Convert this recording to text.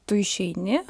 tu išeini